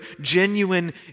genuine